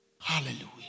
Hallelujah